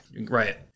Right